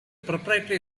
proprietary